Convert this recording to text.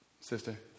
Sister